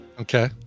Okay